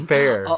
Fair